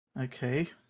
okay